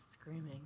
Screaming